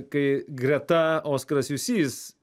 kai greta oskaras jusys